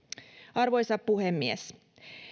arvoisa puhemies